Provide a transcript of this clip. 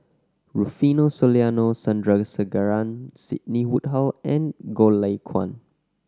Rufino Soliano Sandrasegaran Sidney Woodhull and Goh Lay Kuan